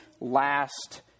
last